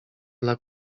dla